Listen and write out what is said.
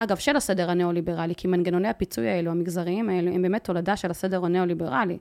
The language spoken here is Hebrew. אגב, של הסדר הנאו-ליברלי, כי מנגנוניי הפיצוי האלו, המגזריים האלו, הם באמת תולדה של הסדר הנאו-ליברלי.